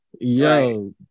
Yo